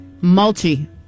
Multi